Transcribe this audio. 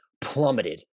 plummeted